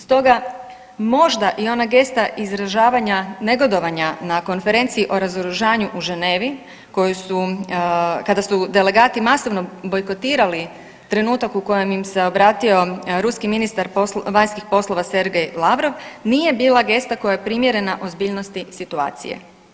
Stoga možda i ona gesta izražavanja negodovanja na Konferenciji o razoružanju u Ženevi koju su, kada su delegati masovno bojkotirali trenutak u kojem im se obratio ruski ministar vanjskih poslova Sergej Lavrov nije bila gesta koja je primjerna ozbiljnosti situacije.